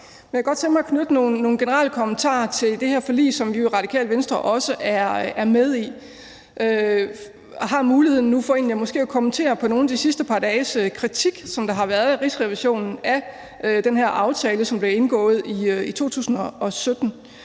jeg kunne godt tænke mig at knytte nogle generelle kommentarer til det her forlig, som vi jo i Radikale Venstre også er med i. Nu har vi måske muligheden for egentlig at kommentere på nogle af de sidste par dages kritik, som der har været fra Rigsrevisionen af den her aftale, som blev indgået i 2017.